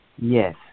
Yes